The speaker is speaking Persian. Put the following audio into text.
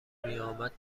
نمیآمد